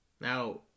Now